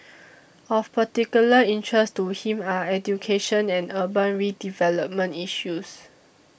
of particular interest to him are education and urban redevelopment issues